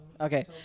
Okay